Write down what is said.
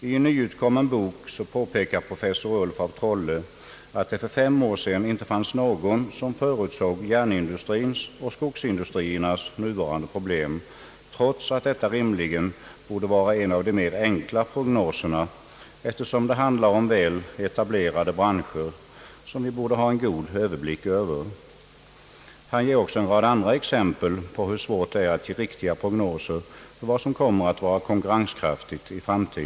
I en nyutkommen bok påpekar professor Ulf af Trolle att det för fem år sedan inte fanns någon som förutsåg järnindustrins och skogsindustriernas nuvarande problem, trots att detta rimligen borde vara en av de mera enkla prognoserna eftersom det handlar om väl etablerade branscher som vi borde ha god överblick över. Han ger också en rad andra exempel på hur svårt det är att göra riktiga prognoser för vad som i framtiden kommer att vara konkurrenskraftigt.